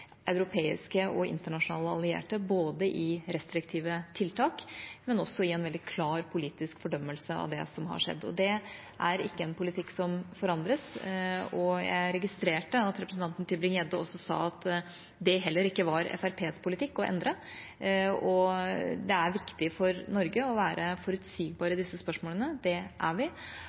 europeiske og internasjonale allierte både i restriktive tiltak og i en veldig klar politisk fordømmelse av det som har skjedd. Det er ikke en politikk som forandres. Jeg registrerte at representanten Tybring-Gjedde også sa at det heller ikke var Fremskrittspartiets politikk å endre. Det er viktig for Norge å være forutsigbare i disse spørsmålene. Det er vi,